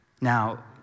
Now